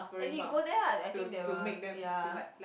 and you go there lah I think they will ya